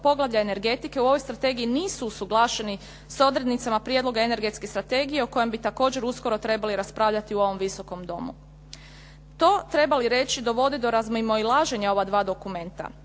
poglavlja energetike u ovoj strategiji nisu usuglašeni sa odrednicama prijedloga Energetske strategije o kojem bi također uskoro trebali raspravljati u ovom Visokom domu. To treba li reći dovodi do razmimoilaženja ova dva dokumenta.